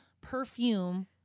perfume